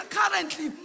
currently